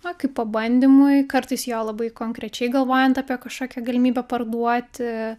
na kaip pabandymui kartais jo labai konkrečiai galvojant apie kažkokią galimybę parduoti